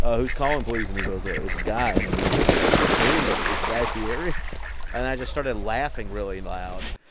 ah who's calling, please? and he goes, ah it's guy. and i'm like, ah, who? and he goes, it's guy fieri. and i just started laughing really loud.